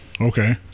okay